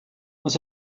was